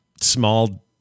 small